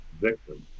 victims